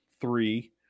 three